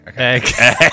Okay